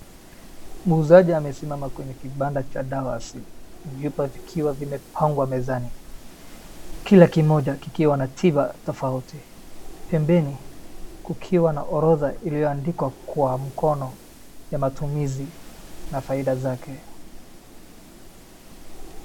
Muuzaji amesimama kwenye kibanda cha dawa asili. Vyupa vikiwa vimepangwa mezani. Kila kimoja kikiwa na tiba tofauti. Pembeni kukiwa na orodha iliyoandikwa kwa mkono ya matumizi na faida zake.